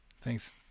Thanks